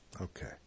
Okay